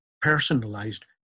personalized